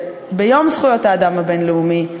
ביום זכויות האדם הבין-לאומי,